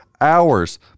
hours